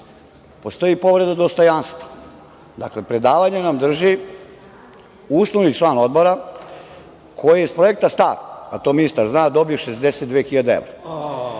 postoji povreda dostojanstva. Dakle, predavanje nam drži usnuli član Odbora koji je iz Projekta STAR, a to ministar zna, dobio 62.000